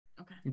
Okay